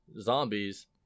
zombies